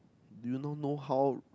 do you know know how